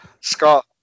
Scott